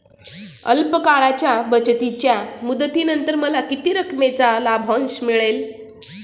अल्प काळाच्या बचतीच्या मुदतीनंतर मला किती रकमेचा लाभांश मिळेल?